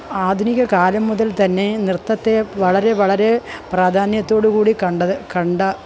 ആധുനിക കാലം മുതല് തന്നെ നൃത്തത്തെ വളരെ വളരെ പ്രധാന്യത്തോട് കൂടി കണ്ടത് കണ്ട